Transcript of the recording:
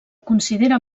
considera